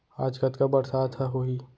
आज कतका बरसात ह होही?